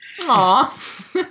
Aw